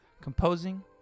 composing